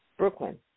Brooklyn